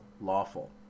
lawful